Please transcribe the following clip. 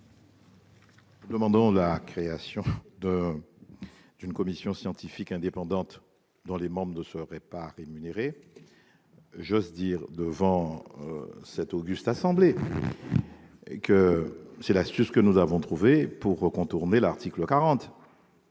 nous demandons la création d'une commission scientifique indépendante, dont les membres ne seraient pas rémunérés. J'ose le dire devant cette auguste assemblée, puisque le gage est presque levé : c'est l'astuce que nous avons trouvée pour contourner l'article 40